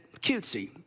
cutesy